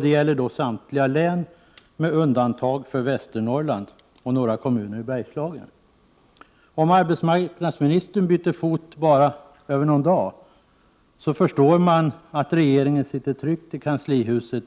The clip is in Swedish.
Det gäller samtliga län, med undantag för Västernorrland och några kommuner i Bergslagen. Om arbetsmarknadsministern byter fot bara över någon dag, förstår man att regeringen sitter tryggt i kanslihuset